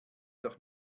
doch